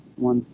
one,